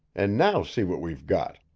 and now see what we've got!